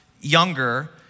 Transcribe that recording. younger